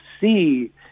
see